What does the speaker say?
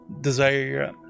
Desire